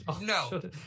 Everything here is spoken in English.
No